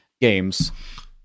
games